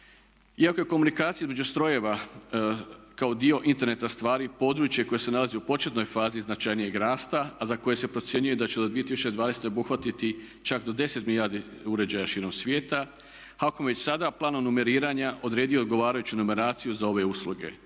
Iako je komunikacija između strojeva kao dio interneta stvari područje koje se nalazi u početnoj fazi značajnijeg rasta a za koje se procjenjuje da će do 2020. obuhvatiti čak do 10 milijardi uređaja širom svijeta, HAKOM je već sada planom numeriranja odredio odgovarajuću numeraciju za ove usluge.